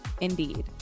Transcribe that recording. indeed